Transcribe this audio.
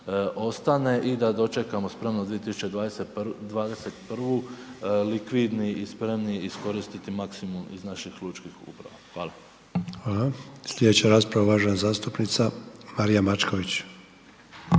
ostane i da dočekamo spremno 2021. likvidni i spremni iskoristiti maksimum iz naših lučkih uprava. Hvala. **Sanader, Ante (HDZ)** Hvala. Sljedeća rasprava uvažena zastupnica Marija Mačković.